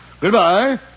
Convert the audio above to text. Goodbye